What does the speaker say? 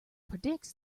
predicts